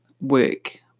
work